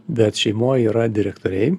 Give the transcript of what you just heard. bet šeimoj yra direktoriai